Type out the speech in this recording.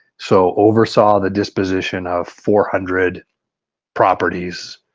so oversaw the disposition of four hundred properties,